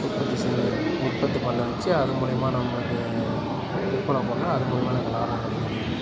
உற்பத்தி செஞ்சு உற்பத்தி பண்ண வச்சு அது மூலியமாக நம்மளுக்கு விற்பனை பண்ணால் அது மூலியமாக எனக்கு லாபம் கிடைக்கிது